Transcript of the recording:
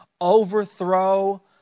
overthrow